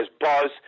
buzz